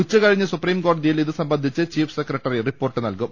ഉച്ചകഴിഞ്ഞ് സുപ്രീംകോ ടതിയിൽ ഇത് സംബന്ധിച്ച് ചീഫ് സെക്രട്ടറി റിപ്പോർട്ട് നല്കും